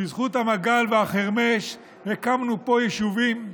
בזכות המגל והחרמש הקמנו פה יישובים,